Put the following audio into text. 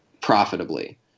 profitably